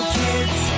kids